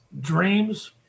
dreams